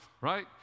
right